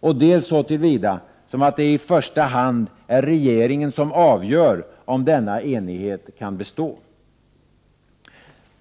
dels så till vida att det i första hand är regeringen som avgör, om denna enighet kan bestå.